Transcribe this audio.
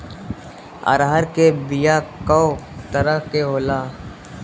अरहर के बिया कौ तरह के होला?